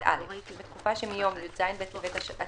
הוראת שעה1.(א) בתקופה שמיום י"ז בטבת התשפ"א